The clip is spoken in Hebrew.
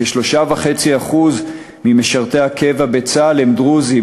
כ-3.5% ממשרתי הקבע בצה"ל הם דרוזים,